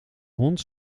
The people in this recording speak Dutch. hond